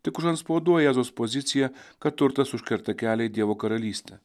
tik užantspauduoja jėzaus poziciją kad turtas užkerta kelią į dievo karalystę